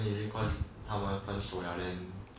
then is it cause 他们分手了